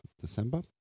December